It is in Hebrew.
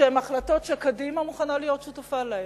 שהן החלטות שקדימה מוכנה להיות שותפה להן.